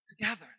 together